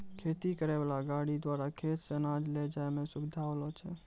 खेती करै वाला गाड़ी द्वारा खेत से अनाज ले जाय मे सुबिधा होलो छै